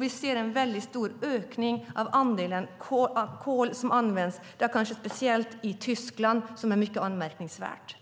Vi ser en väldigt stor ökning av andelen kol som används, kanske speciellt i Tyskland, vilket är mycket anmärkningsvärt.